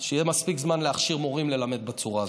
שיהיה מספיק זמן להכשיר מורים ללמד בצורה הזאת.